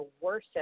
worship